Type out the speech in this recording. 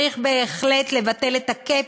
צריך בהחלט לבטל את ה-cap